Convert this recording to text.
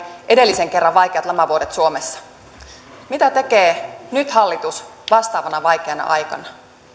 edellisen kerran vaikeat lamavuodet suomessa mitä tekee nyt hallitus vastaavana vaikeana aikana